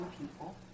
people